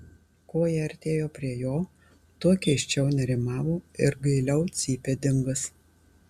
kuo ji artėjo prie jo tuo keisčiau nerimavo ir gailiau cypė dingas